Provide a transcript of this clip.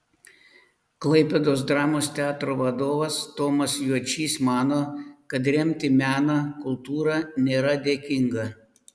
klaipėdos dramos teatro vadovas tomas juočys mano kad remti meną kultūrą nėra dėkinga